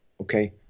okay